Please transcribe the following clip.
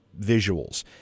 visuals